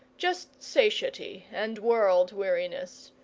just satiety and world-weariness.